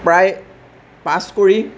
প্ৰায় পাছ কৰি